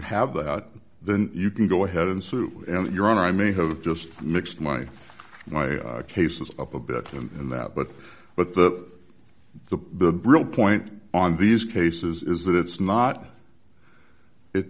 have that then you can go ahead and sue your honor i may have just mixed my my cases up a bit in that but but the the real point on these cases is that it's not